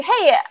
hey